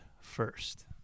first